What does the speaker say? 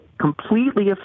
completely